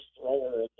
thrower